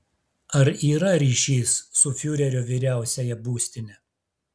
ar yra ryšys su fiurerio vyriausiąja būstine